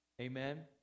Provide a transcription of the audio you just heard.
Amen